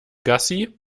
gassi